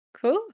Cool